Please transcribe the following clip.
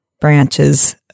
branches